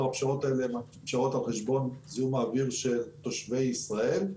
הפשרות האלה הן פשרות על חשבון זיהום האוויר של תושבי ישראל.